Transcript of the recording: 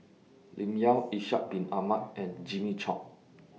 Lim Yau Ishak Bin Ahmad and Jimmy Chok